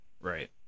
Right